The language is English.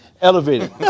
elevated